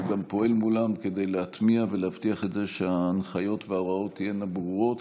והוא גם פועל מולם כדי להטמיע ולהבטיח שההנחיות וההוראות תהיינה ברורות